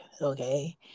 okay